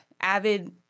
avid